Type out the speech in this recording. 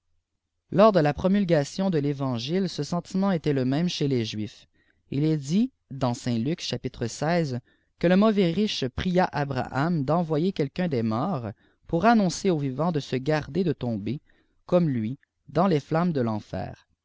lors de ia promukationde l'évangile ce sentiment étsàt leméme eherles luifs il est dit que le nuvvais riqhe pria abraham d'envoyer quelqu'un des iports pour aanoncer aux vivantsde se garder de tomber comme lui dans les flammes de tenfer